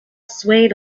swayed